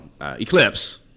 eclipse